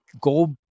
go